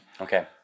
Okay